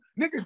niggas